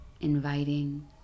inviting